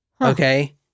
Okay